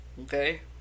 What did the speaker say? Okay